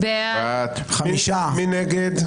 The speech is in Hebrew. מי נגד?